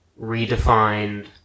redefined